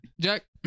Jack